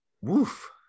Woof